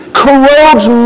corrodes